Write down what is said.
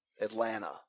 Atlanta